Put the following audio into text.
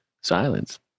silence